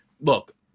Look